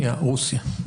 רוסיה.